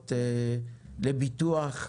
שקשורות לביטוח,